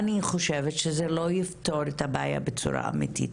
אני חושבת שזה לא יפתור את הבעיה בצורה אמיתית.